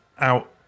out